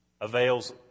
avails